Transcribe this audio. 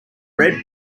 red